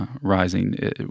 rising